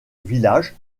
village